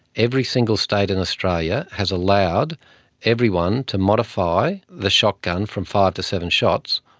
every single state in australia has allowed everyone to modify the shotgun from five to seven shots,